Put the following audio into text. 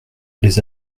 les